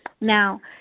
Now